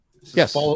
Yes